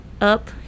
up